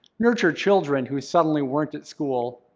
nurtured children who suddenly weren't at school,